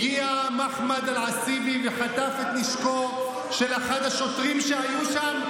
הגיע מוחמד אלעסיבי וחטף את נשקו של אחד השוטרים שהיו שם,